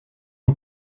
une